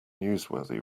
newsworthy